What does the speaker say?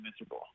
miserable